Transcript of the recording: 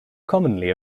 commonly